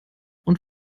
und